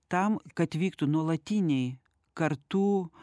tam kad vyktų nuolatiniai kartų